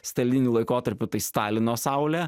staliniu laikotarpiu tai stalino saulė